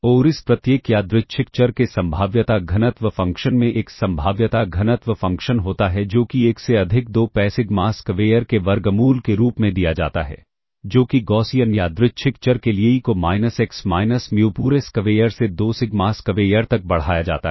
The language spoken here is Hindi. और इस प्रत्येक यादृच्छिक चर के संभाव्यता घनत्व फ़ंक्शन में एक संभाव्यता घनत्व फ़ंक्शन होता है जो कि 1 से अधिक 2 pi सिग्मा स्क्वेयर के वर्गमूल के रूप में दिया जाता है जो कि गौसियन यादृच्छिक चर के लिए e को माइनस एक्स माइनस म्यू पूरे स्क्वेयर से 2 सिग्मा स्क्वेयर तक बढ़ाया जाता है